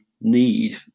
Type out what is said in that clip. need